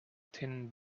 thin